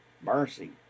Mercy